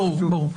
ברור, ברור.